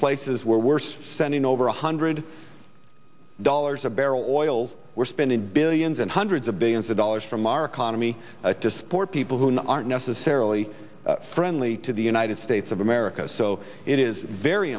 places where we're sending over one hundred dollars a barrel oil we're spending billions and hundreds of billions of dollars from our economy to support people who aren't necessarily friendly to the united states of america so it is very